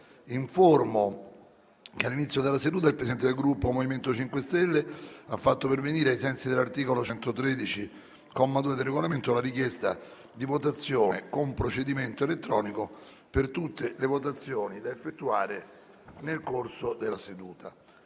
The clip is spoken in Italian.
che all’inizio della seduta il Presidente del Gruppo MoVimento 5 Stelle ha fatto pervenire, ai sensi dell’articolo 113, comma 2, del Regolamento, la richiesta di votazione con procedimento elettronico per tutte le votazioni da effettuare nel corso della seduta.